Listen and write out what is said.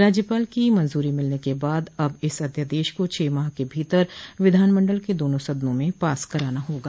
राज्यपाल की मंजूरी मिलने के बाद अब इस अध्यादश को छह माह के भीतर विधानमंडल के दोनों सदनों में पास कराना होगा